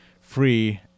free